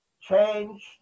changed